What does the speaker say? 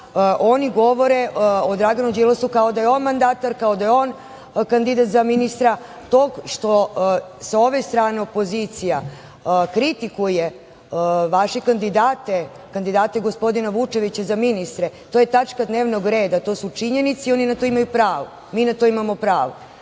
oni govore o Draganu Đilasu kao da je on mandatar, kandidat za ministra. To što sa ove strane opozicija kritikuje vaše kandidate, kandidate gospodina Vučevića za ministre, to je tačka dnevnog reda. To su činjenice i na to imamo pravo. Kada odgovarate